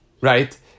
right